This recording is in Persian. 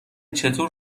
چطور